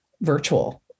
virtual